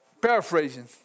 paraphrasing